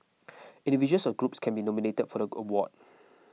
individuals or groups can be nominated for the go award